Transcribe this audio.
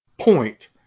point